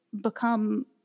become